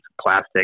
plastic